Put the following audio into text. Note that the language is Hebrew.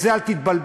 בזה אל תתבלבל.